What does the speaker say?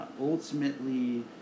ultimately